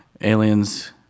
Aliens